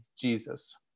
jesus